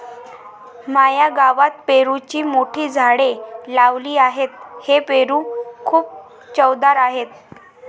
माझ्या गावात पेरूची मोठी झाडे लावली आहेत, हे पेरू खूप चवदार आहेत